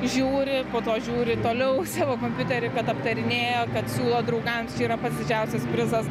žiūri po to žiūri toliau savo kompiuteriu bet aptarinėja kad siūlo draugams yra pats didžiausias prizas